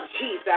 Jesus